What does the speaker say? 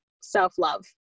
self-love